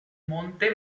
monte